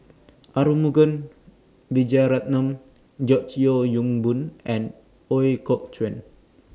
Arumugam Vijiaratnam George Yeo Yong Boon and Ooi Kok Chuen